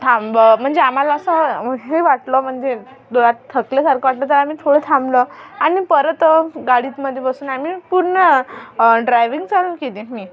थांबं म्हणजे आम्हाला असं हे वाटलं म्हणजे जरा थकल्यासारखं वाटलं तर आम्ही थोडं थांबलो आणि परत गाडीतमध्ये बसून आम्ही पूर्ण ड्रायविंग चालू केली मी